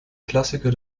klassiker